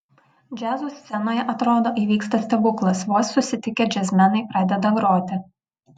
džiazo scenoje atrodo įvyksta stebuklas vos susitikę džiazmenai pradeda groti